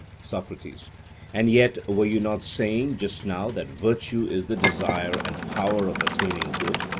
socrates and yet, were you not saying just now that virtue is the desire and power of attaining good?